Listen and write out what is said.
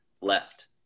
left